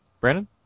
Brandon